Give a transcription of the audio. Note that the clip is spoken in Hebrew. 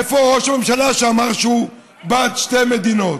איפה ראש הממשלה שאמר שהוא בעד שתי מדינות?